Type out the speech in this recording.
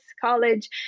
College